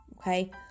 okay